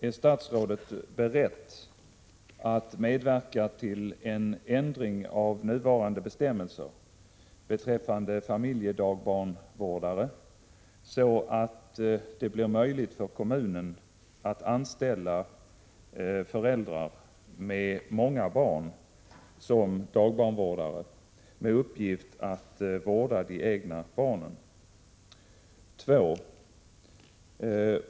Ärstatsrådet beredd att medverka till en ändring av nuvarande bestämmelser beträffande familjedagbarnvårdare, så att det blir möjligt för kommunen att anställa föräldrar med många barn som dagbarnvårdare, med uppgift att vårda de egna barnen? 2.